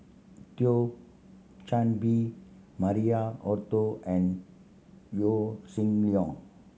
Thio Chan Bee Maria Hertogh and Yaw Shin Leong